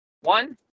One